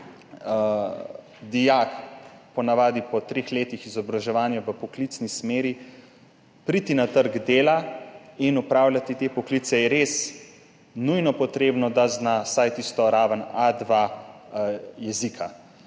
dijak, po navadi po treh letih izobraževanja v poklicni smeri, priti na trg dela in opravljati te poklice, je res nujno potrebno, da zna vsaj tisto A2 raven jezika.